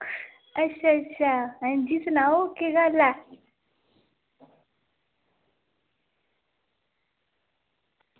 अंजी अंजी अच्छा केह् गल्ल ऐ